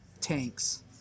tanks